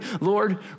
Lord